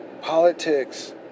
Politics